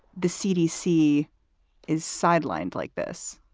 the cdc is sidelined like this